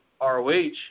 ROH